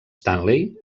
stanley